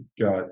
got